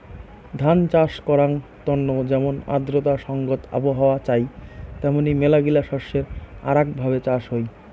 ধান চাষ করাঙ তন্ন যেমন আর্দ্রতা সংগত আবহাওয়া চাই তেমনি মেলাগিলা শস্যের আরাক ভাবে চাষ হই